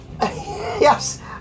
Yes